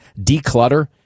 declutter